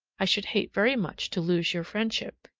i should hate very much to lose your friendship.